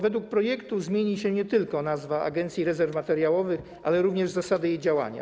Według projektu zmieni się nie tylko nazwa Agencji Rezerw Materiałowych, ale również zasady jej działania.